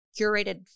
curated